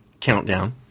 Countdown